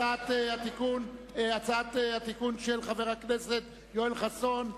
הצעת התיקון של חבר הכנסת יואל חסון.